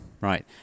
Right